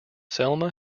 selma